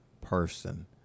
person